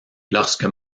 lorsque